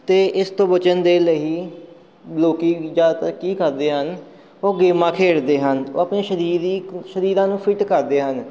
ਅਤੇ ਇਸ ਤੋਂ ਬਚਣ ਦੇ ਲਈ ਲੋਕ ਜ਼ਿਆਦਾਤਰ ਕੀ ਕਰਦੇ ਹਨ ਉਹ ਗੇਮਾਂ ਖੇਡਦੇ ਹਨ ਉਹ ਆਪਣੇ ਸਰੀਰ ਦੀ ਸਰੀਰਾਂ ਨੂੰ ਫਿਟ ਕਰਦੇ ਹਨ